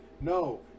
no